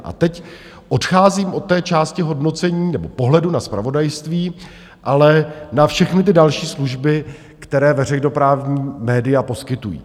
A teď odcházím od té části hodnocení nebo pohledu na zpravodajství, ale na všechny ty další služby, které veřejnoprávní média poskytují.